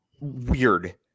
weird